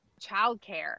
childcare